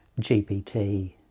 gpt